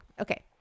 Okay